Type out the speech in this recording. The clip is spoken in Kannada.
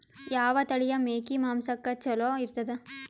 ಯಾವ ತಳಿಯ ಮೇಕಿ ಮಾಂಸಕ್ಕ ಚಲೋ ಇರ್ತದ?